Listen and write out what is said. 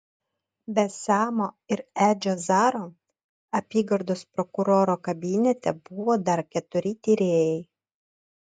be semo ir edžio zaro apygardos prokuroro kabinete buvo dar keturi tyrėjai